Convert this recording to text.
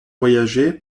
voyagé